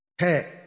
Hey